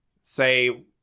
say